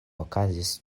okazis